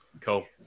Cool